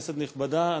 כנסת נכבדה,